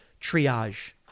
triage